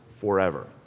forever